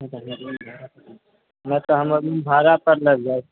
नहि तऽ हमर भाड़ा पर लग जायत